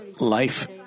life